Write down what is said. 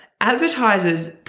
advertisers